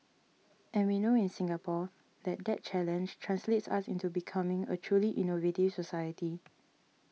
and we know in Singapore that that challenge translates into us becoming a truly innovative society